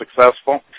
successful